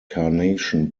carnation